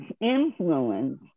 influence